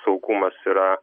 saugumas yra